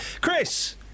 Chris